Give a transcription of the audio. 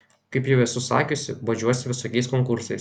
kaip jau esu sakiusi bodžiuosi visokiais konkursais